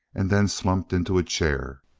and then slumped into a chair.